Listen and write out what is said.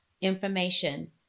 information